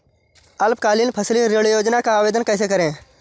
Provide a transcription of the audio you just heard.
अल्पकालीन फसली ऋण योजना का आवेदन कैसे करें?